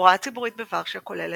התחבורה הציבורית בוורשה כוללת,